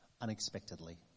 unexpectedly